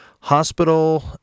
hospital